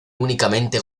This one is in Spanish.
únicamente